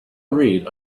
read